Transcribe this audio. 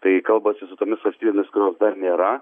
tai kalbasi su tomis valstybėmis kurios dar nėra